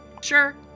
Sure